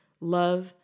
Love